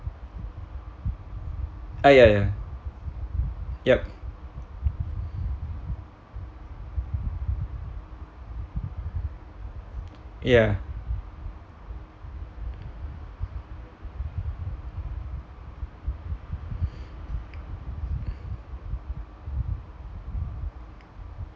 ah ya ya yup ya